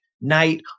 night